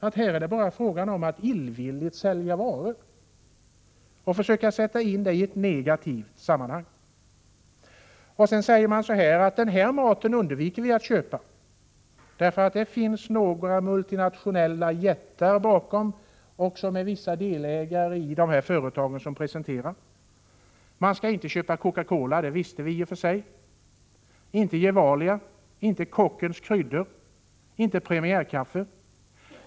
Här påstås att det bara är fråga om att illvilligt sälja varor, och man försöker sätta in detta i ett negativt sammanhang. Vidare säger man att den här maten undviker vi att köpa, därför att en del multinationella jättar står bakom. Vissa delägare i dessa företag presenteras. Man skall inte köpa Coca Cola — det visste vi i och för sig. Man skall inte köpa Gevalia, inte Kockens kryddor, inte Premiärkaffe.